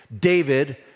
David